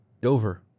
Dover